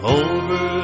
over